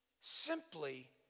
simply